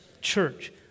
Church